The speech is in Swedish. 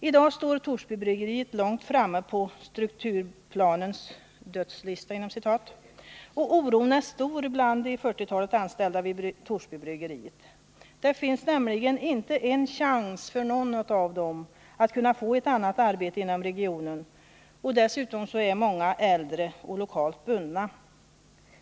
I dag står Torsbybryggeriet långt framme på strukturplanens ”dödslista”, och oron är stor bland de ca 40 anställda vid Torsbybryggeriet. Det finns nämligen inte en chans för någon av dem att få ett annat arbete inom regionen, och dessutom är många äldre och lokalt bundna.